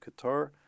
Qatar